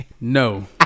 No